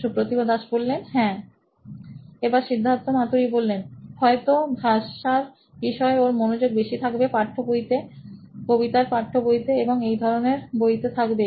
Supratibh Das C T O নোইন electronics হ্যা সিদ্ধার্থ মাতু রি সি ই ও নোইন ইলেক্ট্রনিক্স হয়তো ভাষার বিষয়ে ওর মনোযোগ বেশি থাকবে পাঠ্য বইতে কবিতার পাঠ্য বইতে এবং এই ধরণের বইতে থাকবে